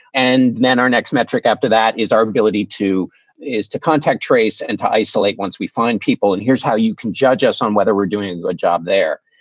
and then our next metric after that is our ability to is to contact, trace and to isolate. once we find people and here's how you can judge us on whether we're doing a job there.